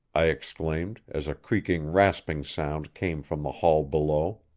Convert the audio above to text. i exclaimed, as a creaking, rasping sound came from the hall below.